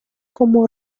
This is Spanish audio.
como